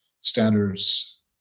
standards